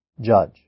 judge